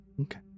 okay